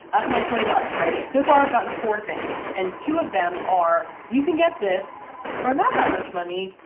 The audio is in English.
that's my twenty bucks right? so far i've gotten four things, and two of them are you can get this for not that much money,